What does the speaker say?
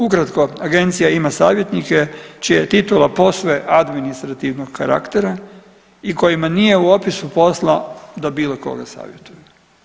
Ukratko agencija ima savjetnike čija je titula posve administrativnog karaktera i kojima nije u opisu posla da bilo koga savjetuju.